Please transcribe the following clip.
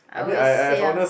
I always say ah